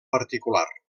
particular